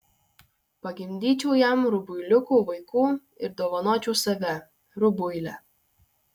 pagimdyčiau jam rubuiliukų vaikų ir dovanočiau save rubuilę